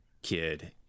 kid